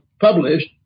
published